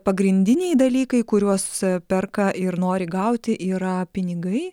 pagrindiniai dalykai kuriuos perka ir nori gauti yra pinigai